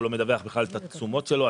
הוא לא מדווח בכלל את התשומות שלו,